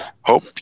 Hope